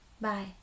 Bye